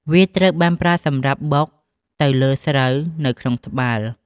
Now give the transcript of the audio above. វាត្រូវបានប្រើសម្រាប់បុកទៅលើស្រូវនៅក្នុងត្បាល់។